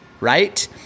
right